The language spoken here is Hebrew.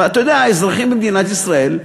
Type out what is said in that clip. ואתה יודע, האזרחים במדינת ישראל,